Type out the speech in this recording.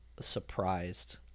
surprised